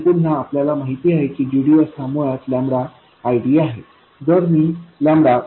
आणि पुन्हा आपल्याला माहिती आहे की gdsहा मुळात IDआहे आणि जर मी 0